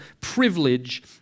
privilege